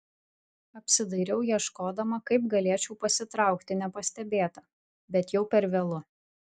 apsidairau ieškodama kaip galėčiau pasitraukti nepastebėta bet jau per vėlu